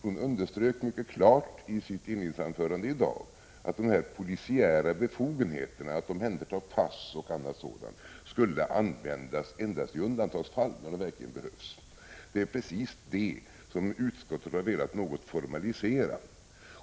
Hon underströk nämligen mycket klart i sitt inledningsanförande i dag att de polisiära befogenheterna att omhänderta pass och annat sådant endast skulle användas i undantagsfall — när dessa befogenheter verkligen behöver utnyttjas. Det är precis det som utskottet har velat något formalisera.